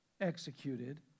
executed